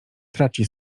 traci